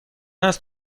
است